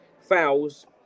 Fouls